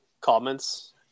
comments